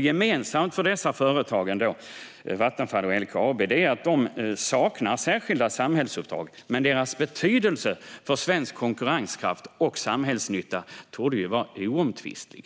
Gemensamt för Vattenfall och LKAB är att bolagen saknar särskilda samhällsuppdrag, men deras betydelse för svensk konkurrenskraft och samhällsnytta torde vara oomtvistlig.